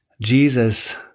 Jesus